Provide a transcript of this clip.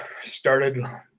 started